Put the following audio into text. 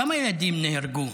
כמה ילדים נהרגו,